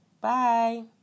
Bye